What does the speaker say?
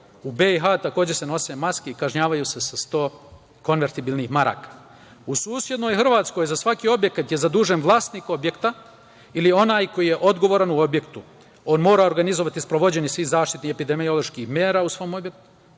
U BiH se takođe nose maske i kažnjavaju se sa 100 konvertibilnih maraka. U susednoj Hrvatskoj za svaki objekat je zadužen vlasnik objekta ili onaj koji je odgovoran u objektu. On mora organizovati sprovođenje svih zaštitnih epidemioloških mera u svom objektu